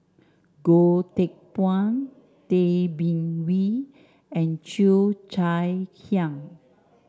Goh Teck Phuan Tay Bin Wee and Cheo Chai Hiang